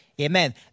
Amen